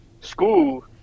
school